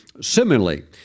similarly